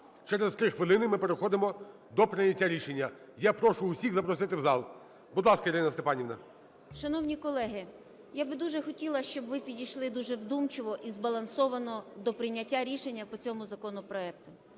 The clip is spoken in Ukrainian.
Через 3 хвилини ми переходимо до прийняття рішення. Я прошу усіх запросити в зал. Будь ласка, Ірина Степанівна. 13:09:16 ЛУЦЕНКО І.С. Шановні колеги, я би дуже хотіла, щоб ви підійшли дуже вдумчиво і збалансовано до прийняття рішення по цьому законопроекту.